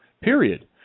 period